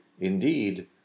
indeed